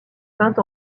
peinte